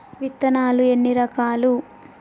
విత్తనాలు ఎన్ని రకాలు?